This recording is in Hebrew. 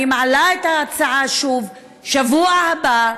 אני מעלה את ההצעה שוב בשבוע הבא,